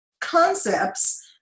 concepts